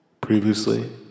Previously